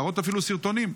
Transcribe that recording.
להראות אפילו סרטונים.